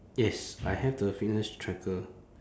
yes I have the fitness tracker